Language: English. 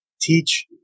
teach